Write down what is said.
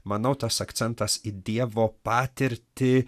manau tas akcentas į dievo patirtį